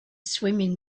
swimming